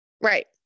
Right